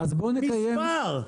אחרי סעיף 57א יבוא: